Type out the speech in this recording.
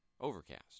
Overcast